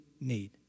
need